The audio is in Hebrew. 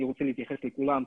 אני רוצה להתייחס לכולם,